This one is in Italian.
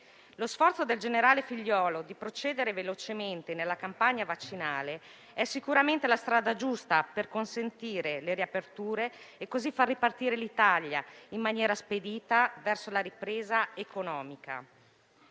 Lo sforzo del generale Figliuolo di procedere velocemente nella campagna vaccinale è sicuramente la strada giusta per consentire le riaperture e far così ripartire l'Italia in maniera spedita verso la ripresa economica.